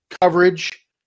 coverage